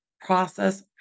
process